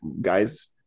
guys